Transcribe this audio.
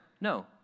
No